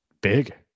Big